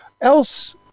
else